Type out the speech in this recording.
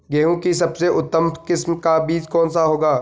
गेहूँ की सबसे उत्तम किस्म का बीज कौन सा होगा?